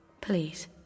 Please